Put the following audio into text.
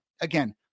again